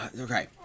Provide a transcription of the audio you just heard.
Okay